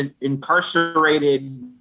incarcerated